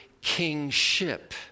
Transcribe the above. kingship